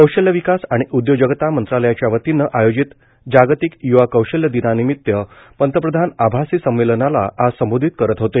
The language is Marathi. कौशल्य विकास आणि उदयोजकता मंत्रालयाच्या वतीनं आयोजित जागतिक युवा कौशल्य दिनानिमित्त पंतप्रधान आभासी संमेलनाला आज संबोधित करत होते